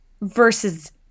versus